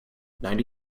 ninety